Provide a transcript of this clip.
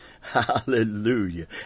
Hallelujah